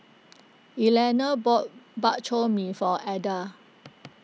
Eleanor bought Bak Chor Mee for Ada